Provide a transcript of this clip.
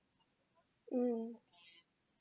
mm